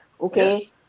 okay